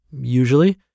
usually